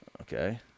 Okay